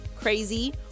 crazy